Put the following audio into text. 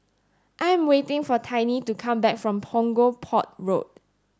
I am waiting for Tiney to come back from Punggol Port Road